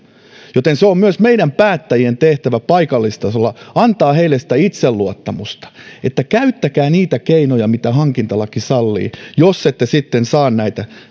joten on myös meidän päättäjien tehtävä paikallistasolla antaa heille sitä itseluottamusta että käyttäkää niitä keinoja mitä hankintalaki sallii jos ette sitten saa näitä